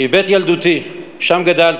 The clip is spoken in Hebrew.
היא בית ילדותי, שם גדלתי.